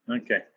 Okay